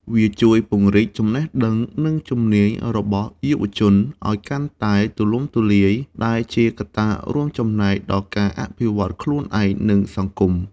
វាជួយ ពង្រីកចំណេះដឹង និងជំនាញ របស់យុវជនឱ្យកាន់តែទូលំទូលាយ ដែលជាកត្តារួមចំណែកដល់ការអភិវឌ្ឍន៍ខ្លួនឯង និងសង្គម។